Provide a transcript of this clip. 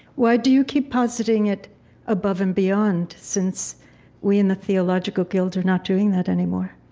why do you keep positing it above and beyond since we in the theological guild are not doing that anymore?